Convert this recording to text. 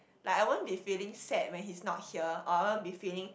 like I won't be feeling sad when he's not here or I won't be feeling